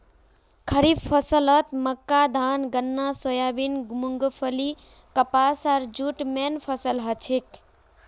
खड़ीफ फसलत मक्का धान गन्ना सोयाबीन मूंगफली कपास आर जूट मेन फसल हछेक